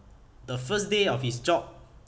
the first day of his job